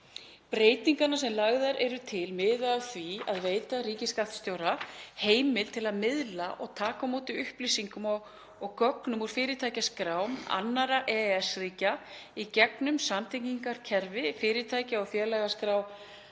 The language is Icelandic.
Breytingarnar sem lagðar eru til miða að því að veita ríkisskattstjóra heimild til að miðla og taka á móti upplýsingum og gögnum úr fyrirtækjaskrám annarra EES-ríkja í gegnum samtengingarkerfi fyrirtækja og félagaskrá